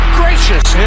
gracious